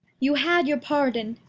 you had your pardon,